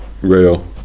Real